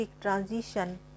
transition